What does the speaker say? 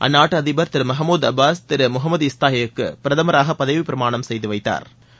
அந்நாட்டு அதிபா் Thiru Mahmoud Abbas Thiru Mohammad இஷ்டாயேஹ்விற்கு பிரதமராக பதவி பிரமானம் செய்து வைத்தாா்